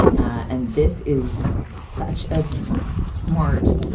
and this is such a smart